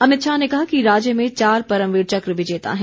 अमित शाह ने कहा कि राज्य में चार परमवीर चक्र विजेता हैं